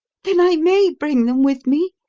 then i may bring them with me?